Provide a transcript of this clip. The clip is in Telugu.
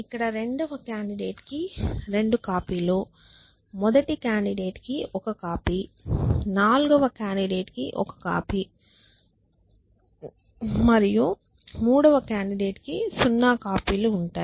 ఇక్కడ రెండవ కాండిడేట్ కి 2 కాపీ లు మొదటి కాండిడేట్ కి ఒక కాపీ నాల్గవ కాండిడేట్ కి ఒక కాపీ మరియు మూడవ కాండిడేట్ కి సున్నా కాపీ లు ఉంటాయి